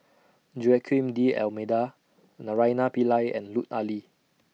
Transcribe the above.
Joaquim D'almeida Naraina Pillai and Lut Ali